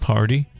Party